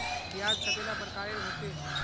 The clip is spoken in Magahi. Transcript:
ब्याज कतेला प्रकारेर होचे?